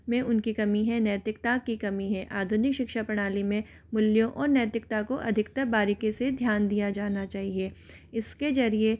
में उनके कमी है नैतिकता की कमी है आधुनिक शिक्षा प्रणाली में मूल्यों और नैतिकता को अधिकतर बारीकी से ध्यान दिया जाना चाहिए इसके जरिए